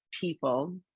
people